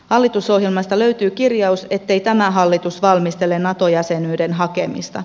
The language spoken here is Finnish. hallitusohjelmasta löytyy kirjaus ettei tämä hallitus valmistele nato jäsenyyden hakemista